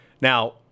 Now